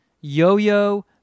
yo-yo